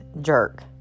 jerk